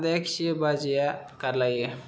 आदाया खियो बाजैआ गाद्लायो